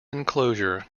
enclosure